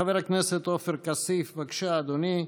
חבר הכנסת עופר כסיף, בבקשה, אדוני.